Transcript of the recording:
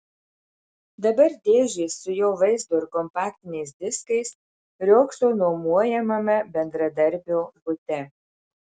dabar dėžės su jo vaizdo ir kompaktiniais diskais riogso nuomojamame bendradarbio bute